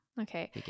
okay